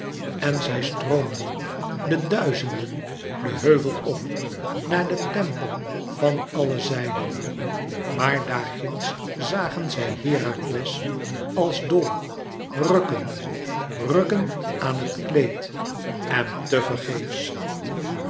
en zij stroomden de duizenden den heuvel op naar den tempel van àlle zijden maar daar ginds zagen zij herakles als dol rukken rukken aan het kleed en